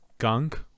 gunk